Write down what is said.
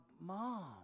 mom